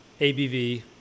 ABV